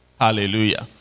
Hallelujah